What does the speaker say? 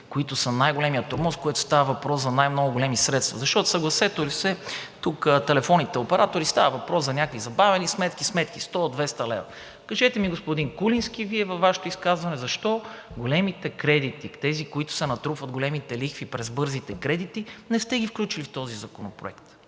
които са най-големият тормоз, става въпрос за най-много големи средства. Съгласете се, че тук – телефонните оператори, става въпрос за някакви забавени сметки за 100 – 200 лв. Кажете ми, господин Куленски, Вие във Вашето изказване –защо големите кредити – тези, с които се натрупват големите лихви през бързите кредите, не сте ги включили в този законопроект?